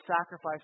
sacrifice